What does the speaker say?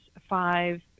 five